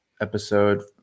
episode